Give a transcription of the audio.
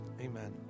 Amen